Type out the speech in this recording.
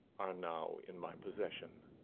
are now in my possession.